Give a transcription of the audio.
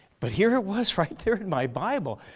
but here it was right there in my bible.